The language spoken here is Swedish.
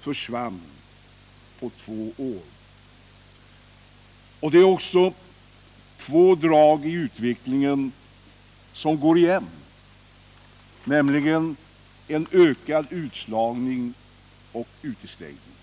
försvann på två år. Det är två drag som går igen i utvecklingen, nämligen större utslagning och ökad utestängning.